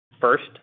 First